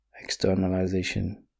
externalization